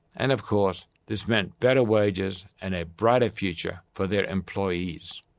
and of course this meant better wages and a brighter future for their employees.